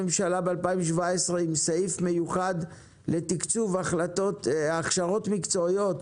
עם סעיף מיוחד לתקצוב הכשרות מקצועיות